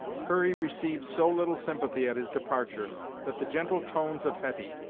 hurry received so little sympathy at his departure that the gentle tones of hetty,